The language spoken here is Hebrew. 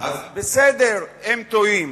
אז בסדר, הם טועים.